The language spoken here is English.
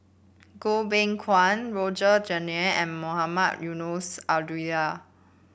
Goh Beng Kwan Roger Jenkins and Mohamed Eunos Abdullah